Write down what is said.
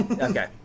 Okay